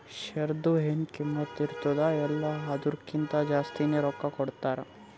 ಶೇರ್ದು ಎನ್ ಕಿಮ್ಮತ್ ಇರ್ತುದ ಅಲ್ಲಾ ಅದುರ್ಕಿಂತಾ ಜಾಸ್ತಿನೆ ರೊಕ್ಕಾ ಕೊಡ್ತಾರ್